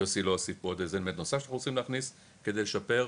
יוסי לא הוסיף פה עוד היבט נוסף שאנחנו רוצים להוסיף כדי לשפר,